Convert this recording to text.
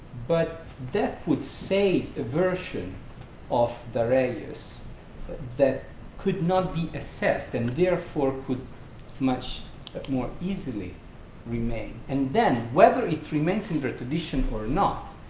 but that would save a version of darius that could not be assessed and therefore could much more easily remain. and then, whether it remains in their tradition or not,